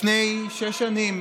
לפני שש שנים